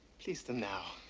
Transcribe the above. please them now